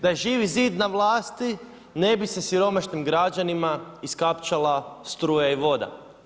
Da je Živi zid na vlasti ne bi se siromašnih građanima iskapčala struja i voda.